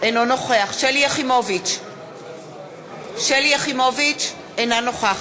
אמרת שאתה לא משתתף, אמרת שאתה לא משתתף.